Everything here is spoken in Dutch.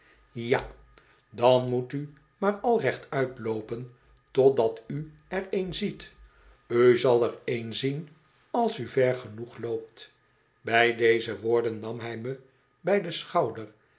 ja dan moet u maar al rechtuit loopen totdat u er een ziet tj zal er een zien als u ver genoeg loopt by deze woorden nam hij me bjj den schouder